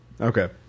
okay